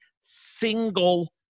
single